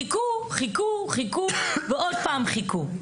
חיכו, חיכו, חיכו ועוד פעם חיכו.